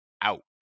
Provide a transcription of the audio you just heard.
out